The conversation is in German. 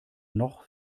noch